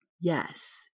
yes